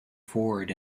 ford